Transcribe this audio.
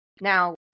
Now